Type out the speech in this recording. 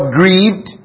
grieved